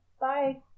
Bye